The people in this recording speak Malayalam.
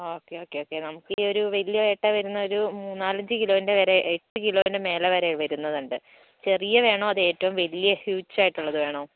ഒക്കെ ഒക്കെ നമുക്ക് ഇ വലിയ ഏട്ട വരുന്നത് മൂന്നലഞ്ചു കിലോൻ്റെ വരെ ഏട്ട് കിലോന്റെ മേലെ വരെ വരുന്നത് ഉണ്ട് ചെറിയത് വേണോ അതോ ഏറ്റവും വലിയ ഹ്യുജ് ആയിട്ടുള്ളത് വേണോ